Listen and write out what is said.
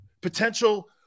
potential